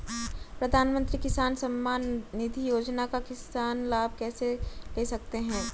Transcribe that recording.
प्रधानमंत्री किसान सम्मान निधि योजना का किसान लाभ कैसे ले सकते हैं?